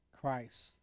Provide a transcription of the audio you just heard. Christ